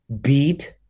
beat